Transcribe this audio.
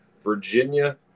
Virginia